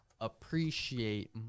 Appreciate